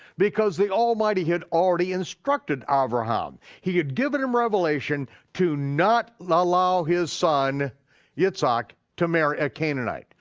because the almighty had already instructed abraham. he had given him revelation to not not allow his son yitzhak to marry a canaanite.